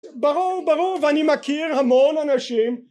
ברור ברור ואני מכיר המון אנשים